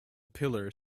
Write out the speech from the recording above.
pillar